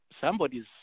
somebody's